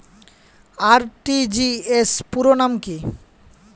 RTGS পুরো নাম কি?